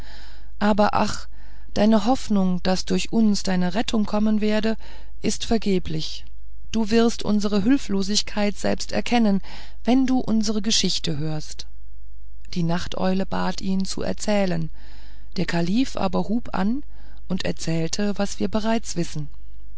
aber ach deine hoffnung daß durch uns deine rettung kommen werde ist vergeblich du wirst unsere hülflosigkeit selbst erkennen wenn du unsere geschichte hörst die nachteule bat ihn zu erzählen der kalif aber hub an und erzählte was wir bereits wissen